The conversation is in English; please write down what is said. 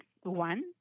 one